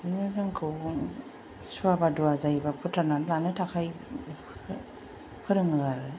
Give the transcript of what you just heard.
बिदिनो जोंखौ सुवा बादुवा जायोब्ला फोथारनान लानो थाखाय फोरोङो आरो